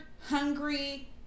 hungry